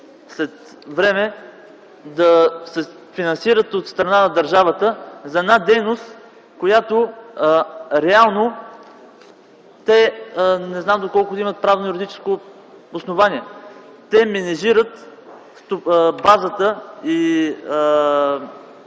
след време да се финансират от страна на държавата за една дейност, която реално те – не знам доколко имат правно и юридическо основание – да менажират спортните